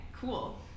cool